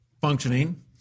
functioning